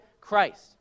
Christ